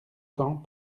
temps